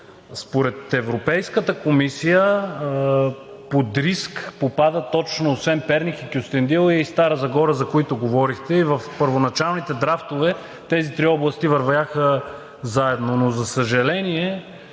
Според Европейската комисия освен Перник под риск попадат Кюстендил и Стара Загора, за които говорихте. В първоначалните драфтове тези три области вървяха заедно, но, за съжаление,